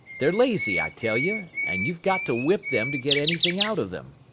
they're lazy, i tell you, and you've got to whip them to get anything out of them.